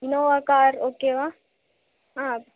Innova car ஓகேவா ஆ